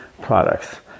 products